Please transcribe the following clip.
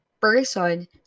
person